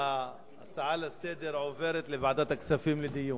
ההצעות לסדר-היום עוברות לוועדת הכספים לדיון.